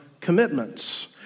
commitments